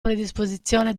predisposizione